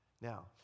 Now